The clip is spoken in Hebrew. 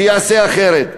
שיעשה אחרת.